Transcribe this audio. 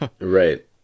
Right